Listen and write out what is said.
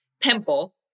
pimple